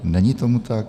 Není tomu tak.